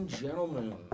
gentlemen